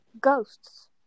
Ghosts